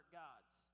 gods